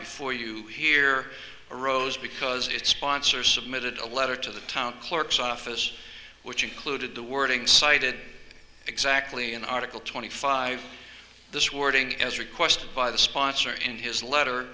before you here arose because it sponsors submitted a letter to the town clerk's office which included the wording cited exactly in article twenty five this wording as requested by the sponsor in his letter